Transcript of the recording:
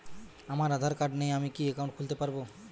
আমার আধার কার্ড নেই আমি কি একাউন্ট খুলতে পারব?